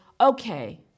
okay